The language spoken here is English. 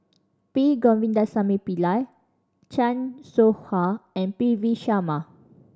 P Govindasamy Pillai Chan Soh Ha and P V Sharma